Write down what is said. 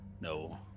No